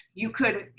you could,